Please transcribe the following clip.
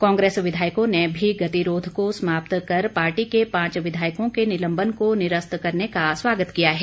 कांग्रेस विधायकों ने भी गतिरोध को समाप्त कर पार्टी के पांच विधायकों के निलंबन को निरस्त करने का स्वागत किया है